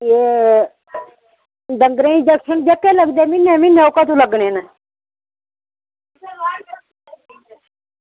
एह् डंगरें ई इंजेक्शन लगदे न जेह्के म्हीनै म्हीनै ओह् कदूं लग्गने न